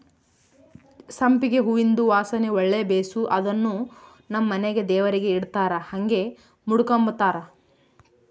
ಸಂಪಿಗೆ ಹೂವಿಂದು ವಾಸನೆ ಒಳ್ಳೆ ಬೇಸು ಅದುನ್ನು ನಮ್ ಮನೆಗ ದೇವರಿಗೆ ಇಡತ್ತಾರ ಹಂಗೆ ಮುಡುಕಂಬತಾರ